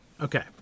Okay